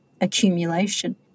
accumulation